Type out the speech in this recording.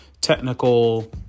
technical